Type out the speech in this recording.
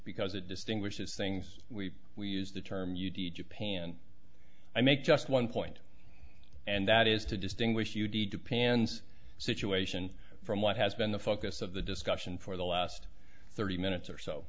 because it distinguishes things we use the term u d japan and i make just one point and that is to distinguish you d japan's situation from what has been the focus of the discussion for the last thirty minutes or so